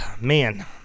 man